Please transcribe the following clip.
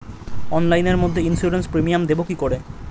অনলাইনে মধ্যে insurance premium দেবো কি করে?